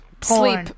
sleep